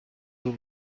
طول